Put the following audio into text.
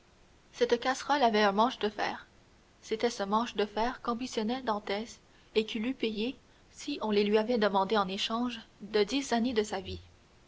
cette casserole avait un manche de fer c'était ce manche de fer qu'ambitionnait dantès et qu'il eût payé si on les lui avait demandées en échange de dix années de sa vie